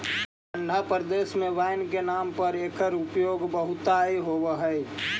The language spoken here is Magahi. ठण्ढा प्रदेश में वाइन के नाम से एकर उपयोग बहुतायत होवऽ हइ